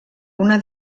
una